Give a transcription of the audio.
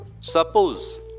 Suppose